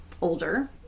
older